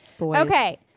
Okay